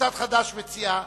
חד"ש וקבוצת סיעת